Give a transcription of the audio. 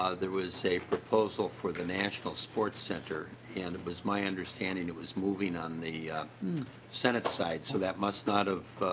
ah there was a proposal for the national sports center and it was my understanding was moving on the senate side. so that must not have